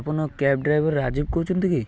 ଆପଣ cab driver Rajiv କହୁଛନ୍ତି କି